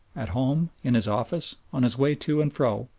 at home, in his office, on his way to and fro,